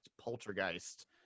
poltergeist